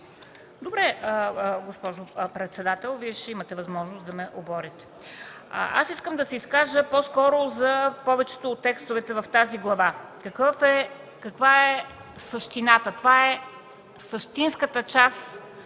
Добре, госпожо председател. Вие ще имате възможност да ме оборите. Аз искам да се изкажа по-скоро за повечето от текстовете в тази глава. Каква е същината? Това е същинската част